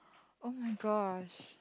oh-my-gosh